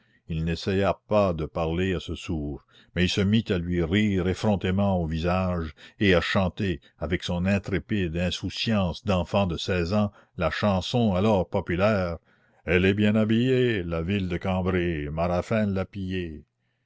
il n'essaya pas de parler à ce sourd mais il se mit à lui rire effrontément au visage et à chanter avec son intrépide insouciance d'enfant de seize ans la chanson alors populaire elle est bien habillée la ville de cambrai marafin